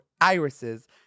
irises